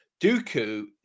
Dooku